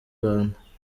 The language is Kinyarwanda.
rwanda